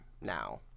now